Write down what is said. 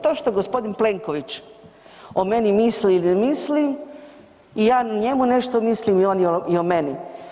To što g. Plenković o meni misli ili ne misli i ja o njemu nešto mislim i on o meni.